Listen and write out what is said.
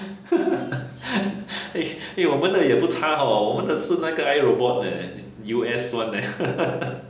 eh eh 我们的也不差 hor 我们的是那个 iRobot 的 eh is U_S [one] leh